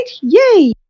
Yay